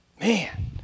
man